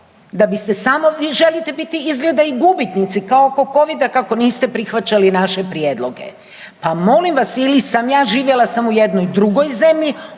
Da biste samo vi želite biti i gubitnici kao kod COVID-a kako niste prihvaćale naše prijedloge. A molim vas, ili sam ja živjela u jednoj drugoj zemlji